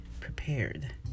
prepared